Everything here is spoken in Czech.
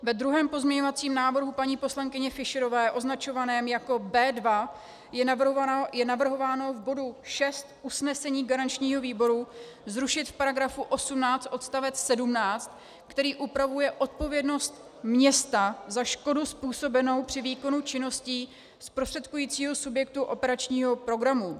Ve druhém pozměňovacím návrhu paní poslankyně Fischerové, označovaném jako B2, je navrhováno v bodu 6 usnesení garančního výboru zrušit v § 18 odstavec 17, který upravuje odpovědnost města za škodu způsobenou při výkonu činností zprostředkujícího subjektu operačního programu.